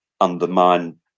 undermine